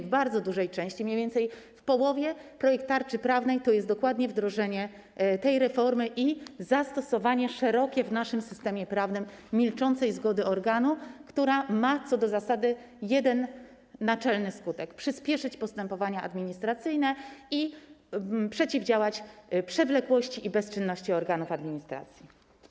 W bardzo dużej części, mniej więcej w połowie, projekt tarczy prawnej to jest dokładnie wdrożenie tej reformy i szerokie zastosowanie w naszym systemie prawnym milczącej zgody organu, która ma co do zasady jeden naczelny skutek czy cel: przyspieszyć postępowanie administracyjne i przeciwdziałać przewlekłości postępowań i bezczynności organów administracji.